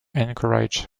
encouraged